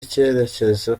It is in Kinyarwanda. icyerekezo